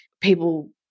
people